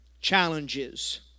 challenges